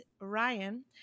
Ryan